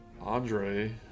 Andre